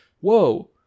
Whoa